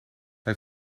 hij